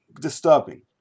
disturbing